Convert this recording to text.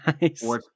Nice